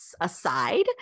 aside